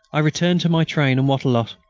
i returned to my train and wattrelot.